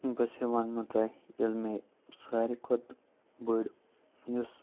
بہٕ ہسا وَنہو تۄہہِ ییٚلہِ مےٚ ساروٕے کھۄتہٕ بٔڑ یُس